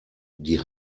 die